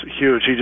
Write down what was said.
huge